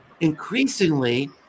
increasingly